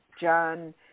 John